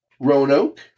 Roanoke